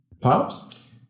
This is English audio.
Pops